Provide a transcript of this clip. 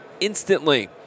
instantly